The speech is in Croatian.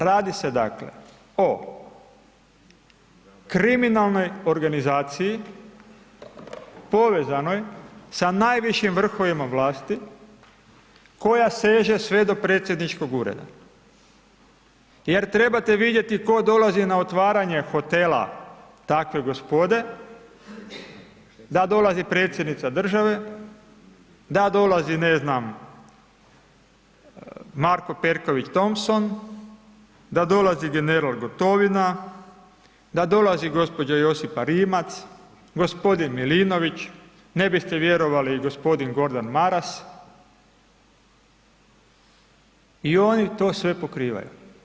Radi se dakle o kriminalnoj organizaciji povezanoj sa najvišim vrhovima vlasti koja seže sve do predsjedničkog ureda jer trebate vidjeti tko dolazi na otvaranje hotela takve gospode, da dolazi Predsjednica države, da dolazi ne znam, Marko Perković Thompson, da dolazi general Gotovina, da dolazi gđa. Josipa Rimac, g. Milinović, ne biste vjerovali, i g. Gordan Maras, i oni to se pokrivaju.